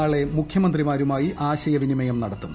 നാളെ മുഖ്യമന്ത്രിമാരുമായി ആശയവിനിമയം നടത്തും